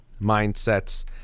mindsets